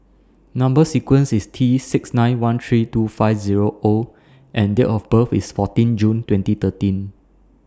Number sequence IS T six nine one three two five Zero O and Date of birth IS fourteen June twenty thirteen